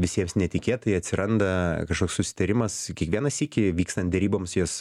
visiems netikėtai atsiranda kažkoks susitarimas kiekvieną sykį vykstan deryboms jas